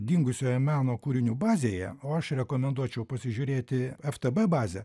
dingusiojo meno kūrinių bazėje o aš rekomenduočiau pasižiūrėti ftb bazę